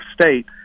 state